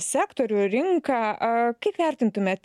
sektorių rinką kaip vertintumėt